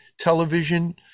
television